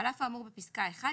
"על אף האמור בפסקה (1),